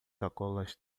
sacolas